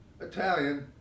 Italian